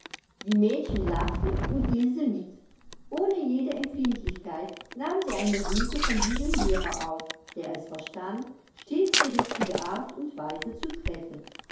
die mädchen lachten und ilse mit ohne jede empfindlichkeit nahm sie eine rüge von diesem lehrer auf der es verstand stets die richtige art und weise zu treffen